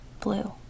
blue